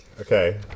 Okay